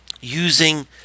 using